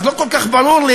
לא כל כך ברור לי,